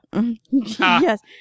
Yes